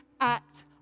act